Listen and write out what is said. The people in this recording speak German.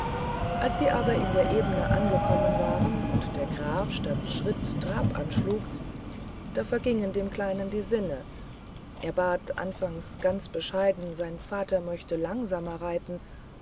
als sie aber in der ebene angekommen waren und der graf statt schritt trab anschlug da vergingen dem kleinen die sinne er bat anfangs ganz bescheiden sein vater möchte langsamer reiten